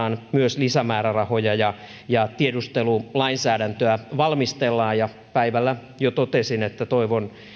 suojelupoliisille osoitetaan myös lisämäärärahoja ja ja tiedustelulainsäädäntöä valmistellaan päivällä jo totesin että toivon